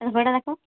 ଦେଖ